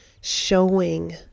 showing